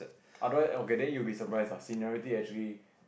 otherwise okay that you will be surprised ah seniority actually